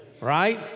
right